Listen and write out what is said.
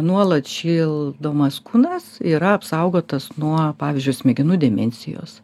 nuolat šildomas kūnas yra apsaugotas nuo pavyzdžiui smegenų dimensijos